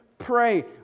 pray